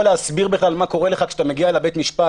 להסביר בכלל מה קורה לך כשאתה מגיע לבית המשפט.